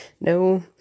No